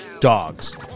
dogs